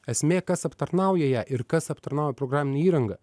esmė kas aptarnauja ją ir kas aptarnauja programinę įrangą